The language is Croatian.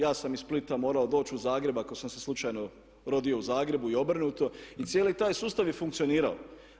Ja sam iz Splita morao doći u Zagreb ako sam se slučajno rodio u Zagrebu i obrnuto i cijeli taj sustav je funkcionirao.